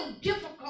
difficult